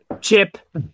chip